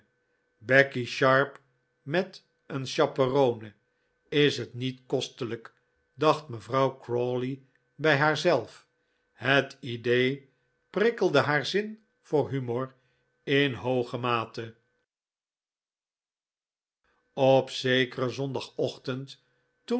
becky sharp met een chaperone is het niet kostelijk dacht mevrouw crawley bij haarzelf het idee prikkelde haar zin voor humor in hooge mate op zekeren zondagochtend